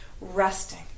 resting